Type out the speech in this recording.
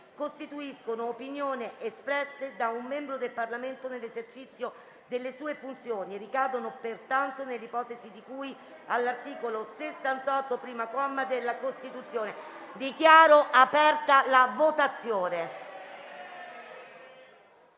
costituiscono opinioni espresse da un membro del Parlamento nell'esercizio delle sue funzioni e ricadono pertanto nell'ipotesi di cui all'articolo 68, primo comma, della Costituzione. Chiedo al relatore,